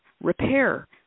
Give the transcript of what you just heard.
repair